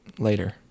later